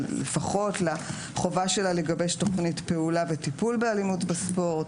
לפחות לחובה שלה לגבש תוכנית פעולה וטיפול באלימות בספורט,